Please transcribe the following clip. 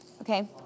Okay